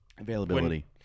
Availability